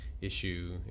issue